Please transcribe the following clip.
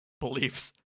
beliefs